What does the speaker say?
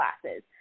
classes